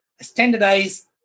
standardize